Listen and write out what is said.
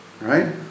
right